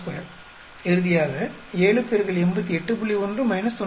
62 இறுதியாக 7 X 88